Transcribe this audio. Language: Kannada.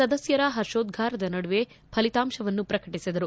ಸದಸ್ಯರ ಹರ್ಷೋದ್ಧಾರದ ನಡುವೆ ಫಲಿತಾಂಶವನ್ನು ಪ್ರಕಟಿಸಿದರು